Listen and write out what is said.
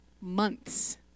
months